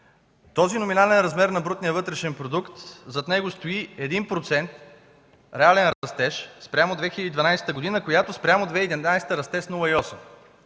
този номинален размер на брутния вътрешен продукт стои 1% реален растеж спрямо 2012 г., която спрямо 2011 расте с 0,8.